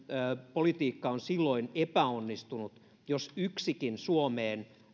politiikkamme on silloin epäonnistunut jos yksikin suomeen